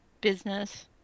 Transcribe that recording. business